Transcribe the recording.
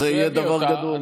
בסדר גמור.